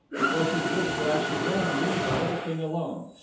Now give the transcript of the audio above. it was his wish that i should then leave the whole thing alone.